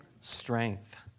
Strength